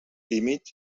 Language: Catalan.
tímid